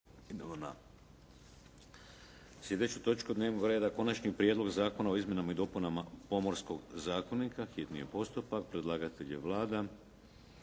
sljedeću točku dnevnog reda: - Konačni prijedlog zakona o izmjenama i dopunama Pomorskog zakonika, hitni postupak, prvo